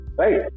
right